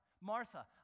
Martha